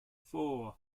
four